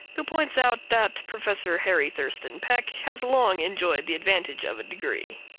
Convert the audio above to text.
who points out that professor harry thurston peck has long enjoyed the advantage of a degree.